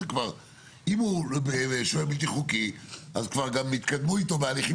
אם הוא שוהה בלתי חוקי אז כבר גם יתקדמו איתו בהליכים